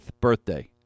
birthday